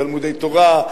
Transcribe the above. תלמודי-תורה,